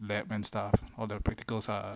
lab and stuff all the practicals ah